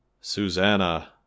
Susanna